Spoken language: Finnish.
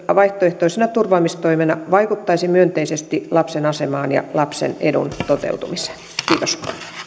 vaihtoehtoisena turvaamistoimena vaikuttaisi myönteisesti lapsen asemaan ja lapsen edun toteutumiseen kiitos